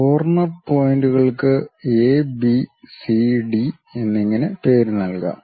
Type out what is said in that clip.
corner പോയിന്റുകൾക്ക് A B C D എന്നിങ്ങനെ പേരുനൽകാം